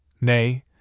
Nay